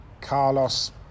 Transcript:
Carlos